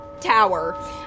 tower